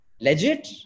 legit